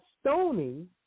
stoning